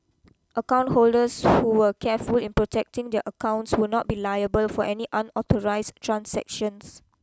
account holders who were careful in protecting their accounts would not be liable for any unauthorised transactions